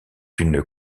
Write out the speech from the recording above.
une